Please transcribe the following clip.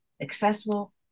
accessible